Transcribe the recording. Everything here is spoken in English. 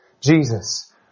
Jesus